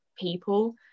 people